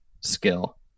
skill